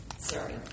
Sorry